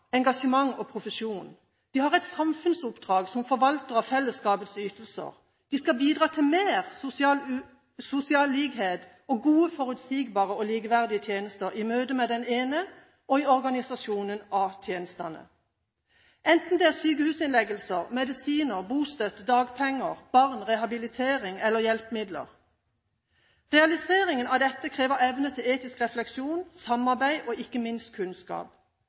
engasjement og profesjon. De har et samfunnsoppdrag som forvaltere av fellesskapets ytelser. De skal bidra til mer sosial likhet og gode, forutsigbare og likeverdige tjenester i møte med den ene og i organiseringen av tjenestene, enten det er sykehusinnleggelser, medisiner, bostøtte, dagpenger, barn, rehabilitering eller hjelpemidler. Realiseringen av dette krever evne til etisk refleksjon, samarbeid og ikke minst kunnskap.